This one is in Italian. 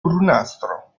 brunastro